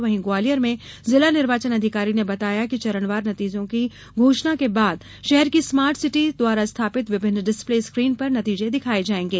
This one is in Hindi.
वहीं ग्वालियर में जिला निर्वाचन अधिकारी ने बताया कि चरणवार नतीजों की घोषणा के बाद शहर की स्मार्ट सिटी द्वारा स्थापित विभिन्न डिस्प्ले स्क्रीन पर नतीजे दिखाये जायेंगे